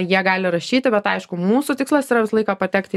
jie gali rašyti bet aišku mūsų tikslas yra visą laiką patekti